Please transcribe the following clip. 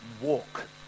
walk